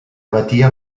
batia